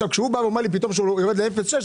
כשהוא אומר לי שהוא יורד ל-0.6,